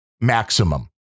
maximum